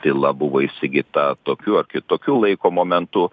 vila buvo įsigyta tokiu ar kitokiu laiko momentu